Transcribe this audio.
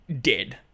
dead